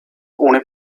ohne